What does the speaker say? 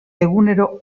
egunero